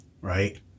right